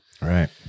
Right